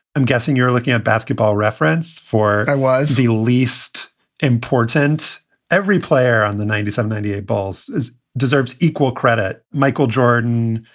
i'm guessing you're looking at basketball reference for. i was the least important every player on the ninety seven ninety eight balls deserves equal credit. michael jordan,